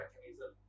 mechanism